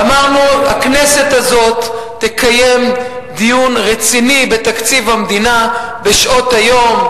אמרנו: הכנסת הזאת תקיים דיון רציני בתקציב המדינה בשעות היום,